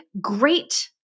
great